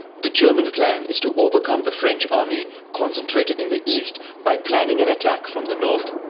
the german plan is to overcome the french army, concentrated in the east, by planning an attack from the north.